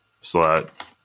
Slot